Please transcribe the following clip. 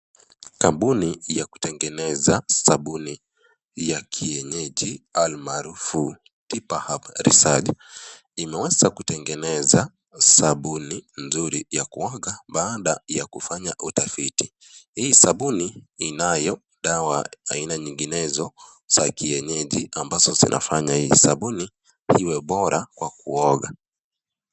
Kampuni ya kutengeneza sabuni ya kienyeji, almaarufu(cs) Tiba Herbs Research(cs), imeweza kutengeneza sabuni nzuri ya kuoga baada ya kufanya utafiti. Hii sabuni inayo dawa aina nyinginezo za kienyeji ambazo zinafanya hii sabuni hii iwe bora kwa kuoga.